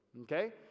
Okay